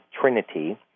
Trinity